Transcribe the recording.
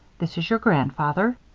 this is your grandfather.